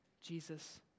Jesus